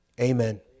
Amen